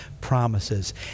promises